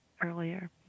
earlier